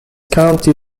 county